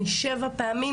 אני שבע פעמים,